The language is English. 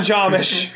Jamish